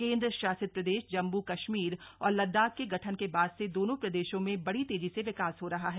केन्द्र शासित प्रदेश जम्मू कश्मीर और लद्दाख के गठन के बाद से दोनों प्रदेशों में बड़ी तेजी से विकास हो रहा है